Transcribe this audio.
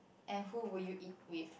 and who will you eat with